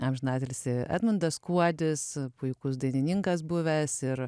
amžinatilsį edmundas kuodis puikus dainininkas buvęs ir